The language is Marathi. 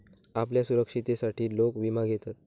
आपल्या सुरक्षिततेसाठी लोक विमा घेतत